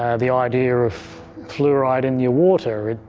ah the idea of fluoride in your water,